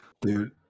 Dude